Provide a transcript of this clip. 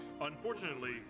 Unfortunately